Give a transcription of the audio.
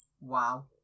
wow